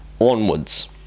onwards